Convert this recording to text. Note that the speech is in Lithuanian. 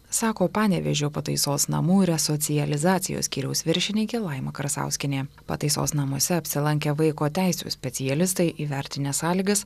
sako panevėžio pataisos namų resocializacijos skyriaus viršininkė laima krasauskienė pataisos namuose apsilankę vaiko teisių specialistai įvertinę sąlygas